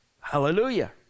hallelujah